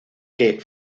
que